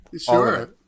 sure